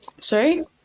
sorry